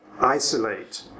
isolate